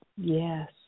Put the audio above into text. Yes